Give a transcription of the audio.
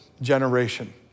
generation